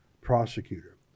prosecutor